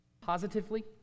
positively